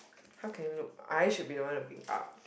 how can you look I should be the one looking up